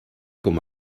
com